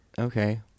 Okay